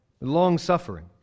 Long-suffering